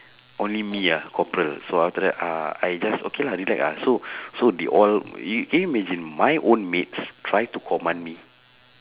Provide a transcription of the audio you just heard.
only me ah corporal so after that uh I just okay lah relac ah so so they all y~ can you imagine my own mates try to command me